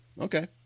Okay